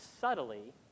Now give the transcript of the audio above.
subtly